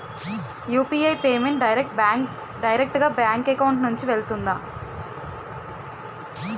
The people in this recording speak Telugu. యు.పి.ఐ పేమెంట్ డైరెక్ట్ గా బ్యాంక్ అకౌంట్ నుంచి వెళ్తుందా?